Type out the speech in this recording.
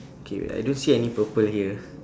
K I don't see any purple here